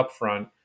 upfront